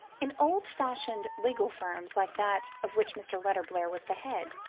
in old-fashioned legal firms like that of which mr. letterblair was the head,